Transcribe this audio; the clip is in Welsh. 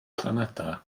planedau